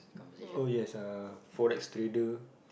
uh yes uh Forex trader